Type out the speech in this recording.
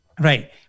Right